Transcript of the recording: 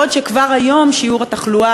בעוד כבר היום שיעור התחלואה,